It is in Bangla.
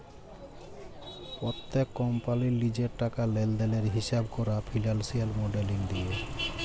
প্যত্তেক কম্পালির লিজের টাকা লেলদেলের হিঁসাব ক্যরা ফিল্যালসিয়াল মডেলিং দিয়ে